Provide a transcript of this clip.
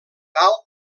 alt